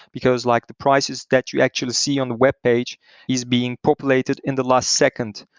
because like the prices that you actually see on the webpage is being populated in the last second.